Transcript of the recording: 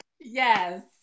Yes